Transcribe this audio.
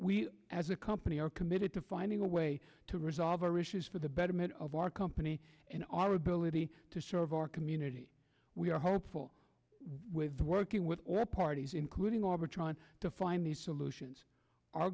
we as a company are committed to finding a way to resolve our issues for the betterment of our company and our ability to serve our community we are hopeful with working with all parties including arbitron to find these solutions our